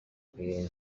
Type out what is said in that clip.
been